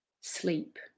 sleep